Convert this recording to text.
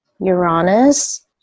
Uranus